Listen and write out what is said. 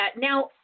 Now